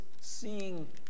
seeing